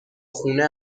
خونه